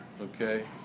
okay